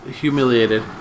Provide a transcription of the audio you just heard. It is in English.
humiliated